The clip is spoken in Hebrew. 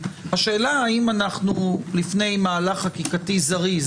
השאלה האם אנחנו לפני מהלך חקיקתי זריז